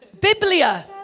Biblia